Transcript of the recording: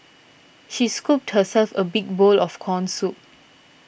she scooped herself a big bowl of Corn Soup